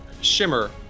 shimmer